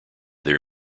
their